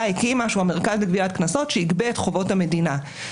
הקימה שהוא המרכז לגביית קנסות שייגבה את חובות המדינה.